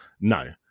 no